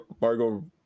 Margot